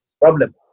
problem